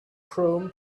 chrome